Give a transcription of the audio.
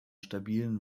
stabilen